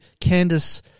Candice